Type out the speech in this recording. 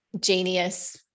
genius